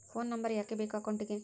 Phone number ಯಾಕೆ ಬೇಕು ಅಕೌಂಟಿಗೆ?